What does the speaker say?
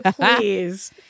Please